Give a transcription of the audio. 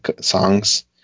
songs